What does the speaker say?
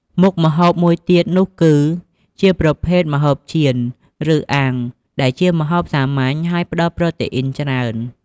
មុខម្ហូបមួយទៀតនោះគឺជា ប្រភេទម្ហូបចៀន ឬអាំង ដែលជាម្ហូបសាមញ្ញហើយផ្តល់ប្រូតេអ៊ីនច្រើន។